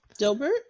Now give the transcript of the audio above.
dilbert